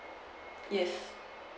yes